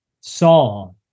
saw